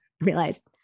realized